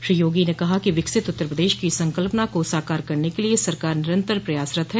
श्री योगी ने कहा कि विकसित उत्तर प्रदेश के संकल्पना को साकार करने के लिए सरकार निरंतर प्रयासरत है